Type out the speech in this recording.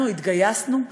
אנחנו התגייסנו,